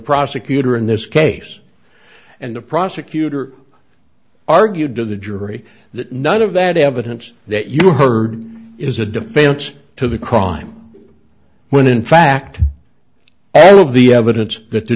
prosecutor in this case and the prosecutor argued to the jury that none of that evidence that you heard is a defense to the crime when in fact all of the evidence that the